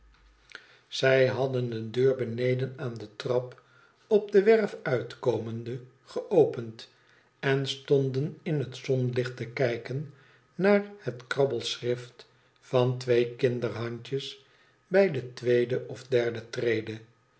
zij hadden de deur beneden aan de trap op de werf uitkomende geopend en stonden in het zonnelicht te kijken naar het krabbelschrift van twee kinderhandjes bij de tweede of derde trede